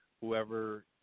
whoever